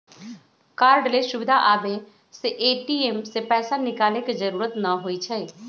cardless सुविधा आबे से ए.टी.एम से पैसा निकाले के जरूरत न होई छई